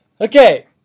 Okay